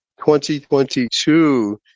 2022